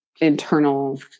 internal